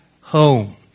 home